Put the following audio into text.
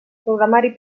programari